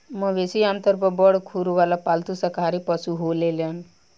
मवेशी आमतौर पर बड़ खुर वाला पालतू शाकाहारी पशु होलेलेन